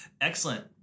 excellent